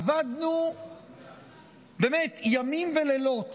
עבדנו ימים ולילות